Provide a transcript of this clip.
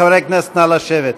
חברי הכנסת, נא לשבת.